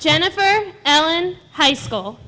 jennifer allen high school